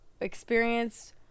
experienced